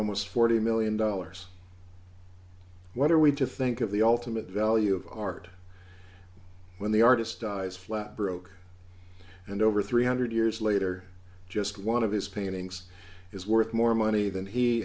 almost forty million dollars what are we to think of the ultimate value of art when the artist dies flat broke and over three hundred years later just one of his paintings is worth more money than he